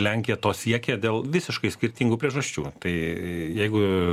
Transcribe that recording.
lenkija to siekia dėl visiškai skirtingų priežasčių tai jeigu